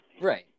Right